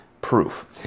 proof